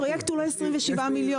הפרויקט הוא לא 27 מיליון,